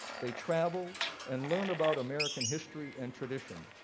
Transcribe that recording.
they travel and learn about american history and tradition.